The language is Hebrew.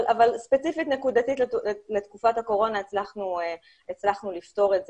ספציפית נקודתית לתקופת הקורונה הצלחנו לפתור את זה,